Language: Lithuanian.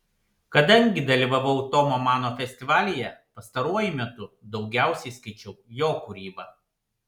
kadangi dalyvavau tomo mano festivalyje pastaruoju metu daugiausiai skaičiau jo kūrybą